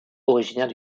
originaires